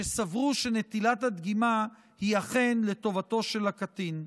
והם סברו שנטילת הדגימה היא אכן לטובתו של הקטין.